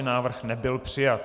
Návrh nebyl přijat.